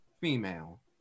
female